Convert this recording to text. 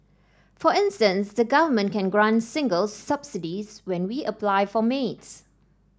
for instance the Government can grant singles subsidies when we apply for maids